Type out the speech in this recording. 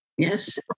Yes